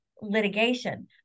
litigation